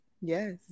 Yes